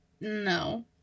No